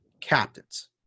captains